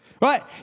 Right